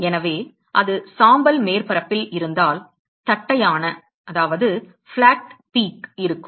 எனவே அது சாம்பல் மேற்பரப்பில் இருந்தால் தட்டையான தட்டையான உச்சம் இருக்கும்